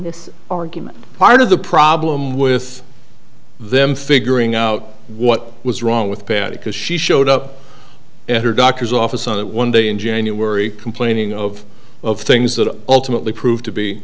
this argument part of the problem with them figuring out what was wrong with patti because she showed up at her doctor's office on that one day in january complaining of of things that ultimately proved to be